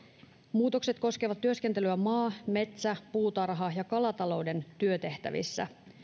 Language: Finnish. muutokset koskevat työskentelyä maa metsä puutarha ja kalatalouden työtehtävissä